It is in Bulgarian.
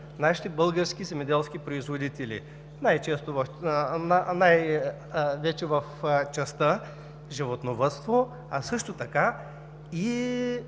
нашите български земеделски производители, най-вече в частта „Животновъдство“, а също така и